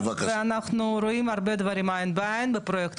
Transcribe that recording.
ואנחנו רואים הרבה דברים עין בעין בפרויקט הזה,